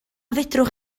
fedrwch